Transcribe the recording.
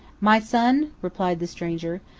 my son, replied the stranger,